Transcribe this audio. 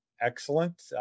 excellent